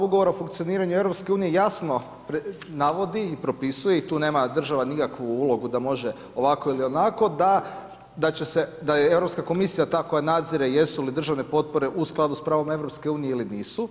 Ugovora o funkcioniranju EU jasno navodi i propisuje i tu nema država nikakvu ulogu da može ovako ili onako, da će se, da je Europska komisija ta koja nadzire jesu li državne potpore u skladu sa pravom EU ili nisu.